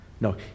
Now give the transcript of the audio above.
No